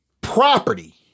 property